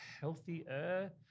healthier